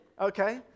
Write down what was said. Okay